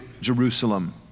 Jerusalem